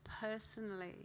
personally